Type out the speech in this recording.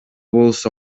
болсо